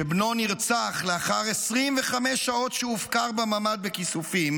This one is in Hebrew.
שבנו נרצח לאחר 25 שעות שהופקר בממ"ד בכיסופים,